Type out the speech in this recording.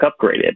upgraded